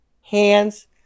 hands